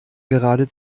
gerade